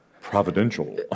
providential